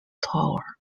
tower